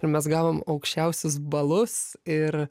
ir mes gavom aukščiausius balus ir